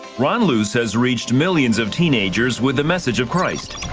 ron luce has reached millions of teenagers with a message of christ.